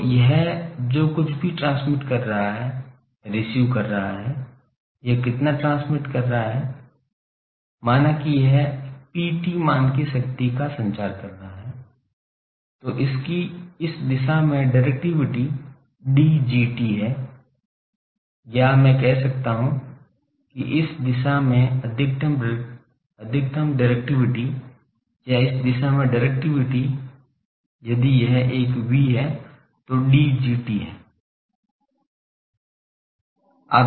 तो यह जो कुछ भी ट्रांसमिट कर रहा है रिसीव कर रहा है यह कितना ट्रांसमिट कर रहा है माना कि यह Pt मान की शक्ति का संचार कर रहा है तो इसकी इस दिशा में डिरेक्टिविटी Dgt है या मैं कह सकता हूं इस दिशा में अधिकतम डिरेक्टिविटी या इस दिशा में डिरेक्टिविटी यदि यह एक V है जो Dgt है